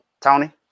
Tony